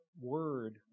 Word